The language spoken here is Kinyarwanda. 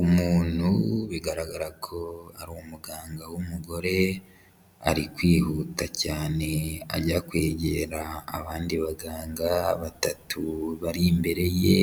Umuntu bigaragara ko ari umuganga w'umugore, ari kwihuta cyane ajya kwegera abandi baganga batatu bari imbere ye,